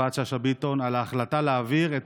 יפעת שאשא ביטון על ההחלטה להעביר את